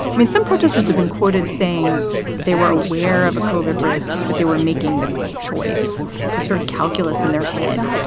i mean, some protesters have been quoted saying they were aware of a coded risk, but they were making this choice the sort of calculus in their head.